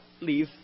leave